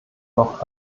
noch